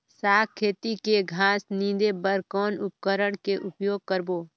साग खेती के घास निंदे बर कौन उपकरण के उपयोग करबो?